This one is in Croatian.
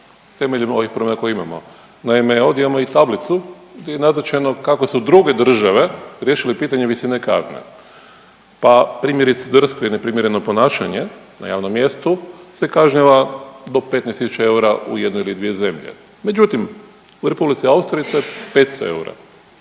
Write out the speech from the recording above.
temeljem ovih promjena koje imamo. Naime, ovdje imao i tablicu gdje je nazočeno kao su druge države riješile pitanje visine kazne. Pa primjerice drsko i neprimjereno ponašanje na javnom mjestu se kažnjava do 15.000 eura u jednoj ili dvije zemlje. Međutim, u Republici Austriji to je 500 eura,